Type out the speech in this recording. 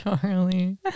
Charlie